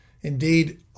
Indeed